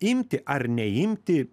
imti ar neimti